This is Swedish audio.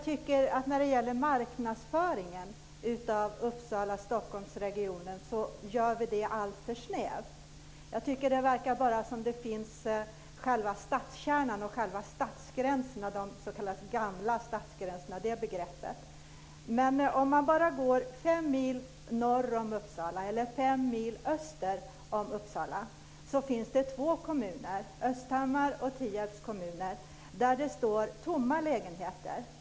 Men marknadsföringen av Uppsala-Stockholmregionen tycker jag görs alltför snäv. Jag tycker att det verkar som att det enda som finns är själva stadskärnorna - det som finns inom de gamla stadsgränserna. Men om man bara går fem mil norr eller öster om Uppsala finns det två kommuner - Östhammar och Tierp - där lägenheter står tomma.